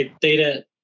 data